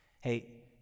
hey